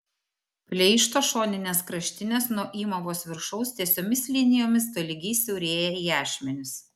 pleišto šoninės kraštinės nuo įmovos viršaus tiesiomis linijomis tolygiai siaurėja į ašmenis